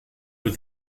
with